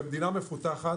במדינה מפותחת